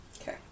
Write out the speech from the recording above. Okay